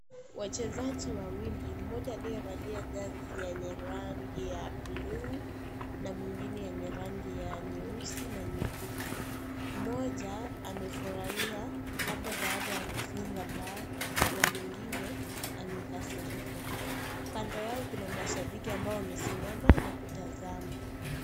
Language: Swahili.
Wachezaji wawili mmoja aliyevalia jezi yenye rangi ya buluu na mwingine yenye rangi ya nyeusi na nyekundu. Mmoja amefurahia labda baada ya kufunga bao, na mwingine amekasirika. Kando yao kuna mashabiki ambao wamesimama na kutazama.